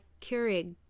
Keurig